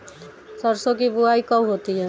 सरसों की बुआई कब होती है?